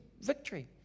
victory